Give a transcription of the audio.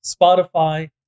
Spotify